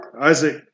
Isaac